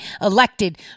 elected